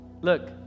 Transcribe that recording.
Look